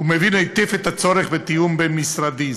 ומבין היטב את הצורך בתיאום בין-משרדי,